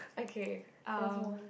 okay uh